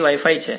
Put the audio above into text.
વિધાર્થી Wi Fi